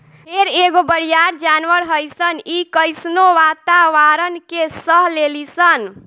भेड़ एगो बरियार जानवर हइसन इ कइसनो वातावारण के सह लेली सन